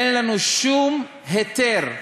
אין לנו שום היתר,